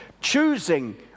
Choosing